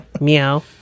meow